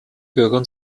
bürgern